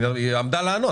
היא עמדה לענות.